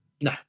No